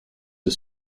the